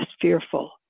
fearful